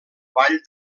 ball